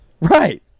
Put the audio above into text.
Right